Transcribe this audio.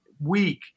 week